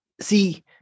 see